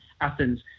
Athens